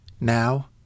Now